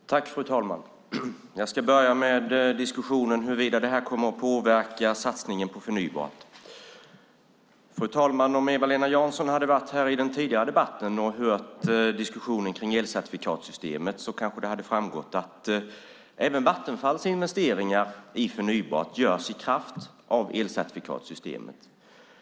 Fru talman! Jag ska börja med diskussionen huruvida det här kommer att påverka satsningen på förnybart. Fru talman! Om Eva-Lena Jansson hade varit här under den tidigare debatten och hört diskussionen om elcertifikatssystemet kanske det hade framgått att även Vattenfalls investeringar i förnybart görs i kraft av elcertifikatssystemet.